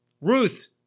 Ruth